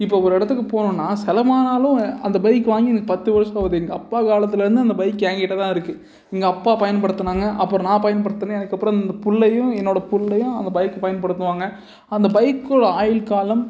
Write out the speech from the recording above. இப்போ ஒரு இடத்துக்கு போகணுன்னா செலவானாலும் அந்த பைக் வாங்கி எனக்கு பத்து வருஷம் ஆகுது எங்கள் அப்பா காலத்துலேருந்தே அந்த பைக் என் கிட்ட தான் இருக்குது எங்கள் அப்பா பயன்படுத்தினாங்க அப்புறோம் நான் பயன்படுத்தினேன் எனக்கு அப்புறோம் இந்த புள்ளையும் என்னோடய புள்ளையும் அந்த பைக்கை பயன்படுத்துவாங்க அந்த பைக்கோடய ஆயுள் காலம்